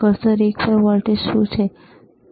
cursor એક પર voltage શું છે બરાબર